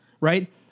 right